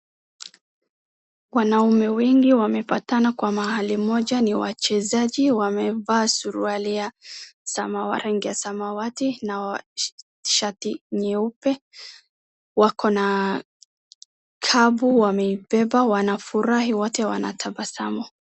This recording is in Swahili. Wanaume wengi wamepatana kwa mahali moja ni wachezaji wamevaa suruali ya rangi ya samawati na shati nyeupe wako na shavu wameibeba wanafurahi wote wanatabasamu.